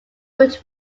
would